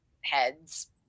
heads